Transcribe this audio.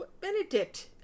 Benedict